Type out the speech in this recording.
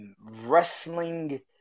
Wrestling